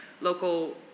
local